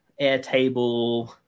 Airtable